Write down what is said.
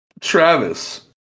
Travis